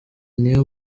niyo